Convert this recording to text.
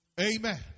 Amen